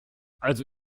also